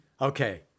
Okay